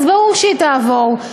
ברור שהיא תעבור,